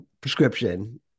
prescription